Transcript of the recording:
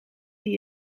die